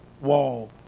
wall